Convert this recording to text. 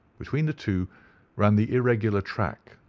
between the two ran the irregular track,